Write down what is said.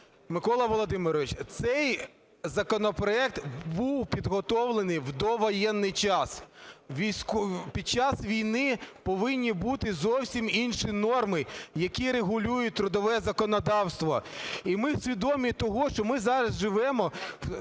Микола Володимирович, цей законопроект був підготовлений в довоєнний час. Під час війни повинні бути зовсім інші норми, які регулюють трудове законодавство. І ми свідомі того, що ми зараз живемо